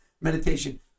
meditation